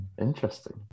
Interesting